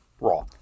Raw